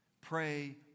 Pray